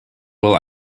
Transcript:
well